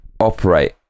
operate